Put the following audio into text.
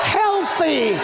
healthy